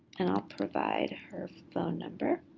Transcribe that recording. and i'll provide her phone number.